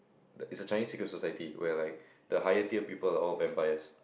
it's a Chinese secret society where like the higher tier people are all vampires